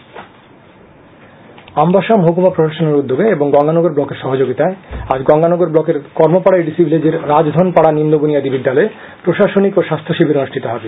প্রশাসনিক শিবির আমবাসা মহকুমা প্রশাসনের উদ্যোগে এবং গঙ্গানগর ব্লকের সহযোগিতায় আজ গঙ্গানগর ব্লকের কর্মপাডা এডিসি ভিলেজের রাজধন পাড়া নিম্ন বুনিয়াদী বিদ্যালয়ে প্রশাসনিক ও স্বাস্থ্য শিবির অনুষ্ঠিত হবে